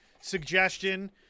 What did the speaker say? suggestion